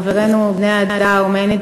חברינו בני העדה הארמנית,